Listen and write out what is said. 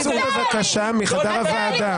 תצאו, בבקשה, מחדר הוועדה.